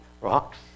rocks